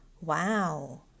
Wow